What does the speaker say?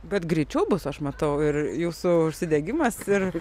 bet greičiau bus aš matau ir jūsų užsidegimas ir